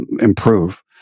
improve